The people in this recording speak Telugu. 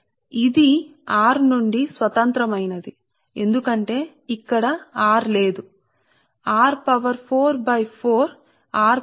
కాబట్టి ఇది r యొక్క స్వతంత్ర మని మీరు కనుగొంటారు ఎందుకంటే r లేదు ఎందుకంటే ఇది 4 న తెలుస్తుంది